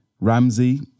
Ramsey